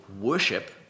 worship